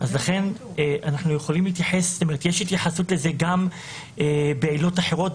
לכן יש התייחסות לזה גם בעילות אחרות,